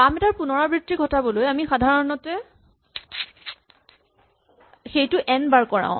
কাম এটাৰ পুণৰাবৃত্তি ঘটাবলৈ আমি সাধাৰণতে সেইটো এন বাৰ কৰাওঁ